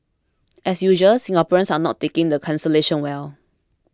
as usual Singaporeans are not taking the cancellation well